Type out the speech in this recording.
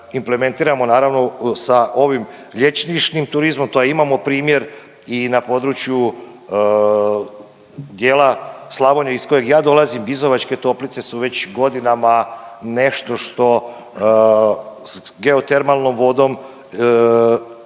implementiramo naravno sa ovim lječilišnim turizmom, to imamo primjer i na području dijela Slavonije iz kojeg ja dolazim, Bizovačke toplice su već godinama nešto što s geotermalnom vodom radi